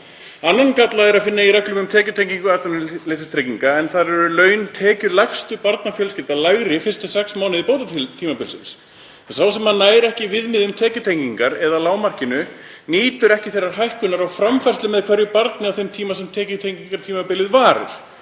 Annan galla er að finna í reglum um tekjutengingu atvinnuleysistrygginga en þar eru laun tekjulægstu barnafjölskyldna lægri fyrstu sex mánuði bótatímabilsins. Sá sem ekki nær viðmiðum tekjutengingar eða lágmarkinu nýtur ekki hækkunar á framfærslu með hverju barni á þeim tíma sem tekjutengingartímabilið varir,